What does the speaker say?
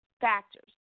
factors